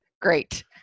great